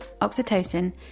oxytocin